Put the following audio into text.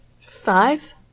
five